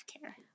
care